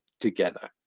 together